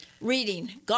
Reading